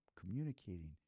communicating